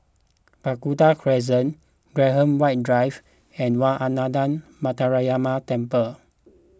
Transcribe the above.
Burgundy Crescent Graham White Drive and Wat Ananda Metyarama Temple